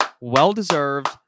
Well-deserved